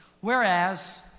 Whereas